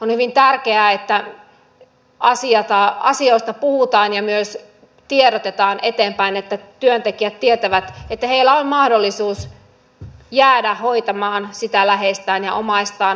on hyvin tärkeää että asioista puhutaan ja myös tiedotetaan eteenpäin että työntekijät tietävät että heillä on mahdollisuus jäädä hoitamaan sitä läheistään ja omaistaan